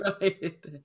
right